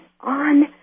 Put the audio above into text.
on